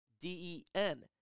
D-E-N